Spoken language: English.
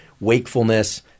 wakefulness